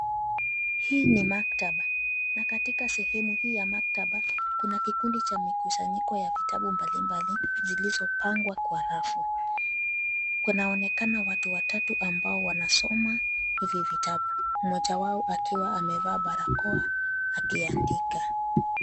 Hii ni maktaba na katika sehemu hii ya maktaba kuna kikundi cha mikusanyiko ya vitabu mbalimbali zilizopangwa kwa rafu. Kunaonekana watu watatu ambao wanasoma hivi vitabu. Mmoja wao akiwa amevaa barakoa akiandika.